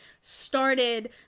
started